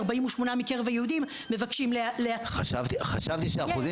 48% מקרב היהודים מבקשים ל --- חשבתי שאחוזים